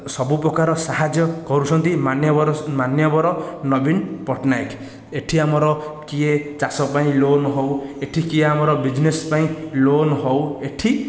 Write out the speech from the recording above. ସବୁ ପ୍ରକାର ସାହାଯ୍ୟ କରୁଛନ୍ତି ମାନ୍ୟବର ମାନ୍ୟବର ନବୀନ ପଟ୍ଟନାୟକ ଏଠି ଆମର କିଏ ଚାଷ ପାଇଁ ଲୋନ୍ ହେଉ ଏଠି କିଏ ଆମର ବିଜିନେସ ପାଇଁ ଲୋନ୍ ହେଉ ଏଠି